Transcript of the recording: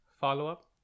follow-up